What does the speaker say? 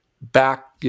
back